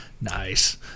Nice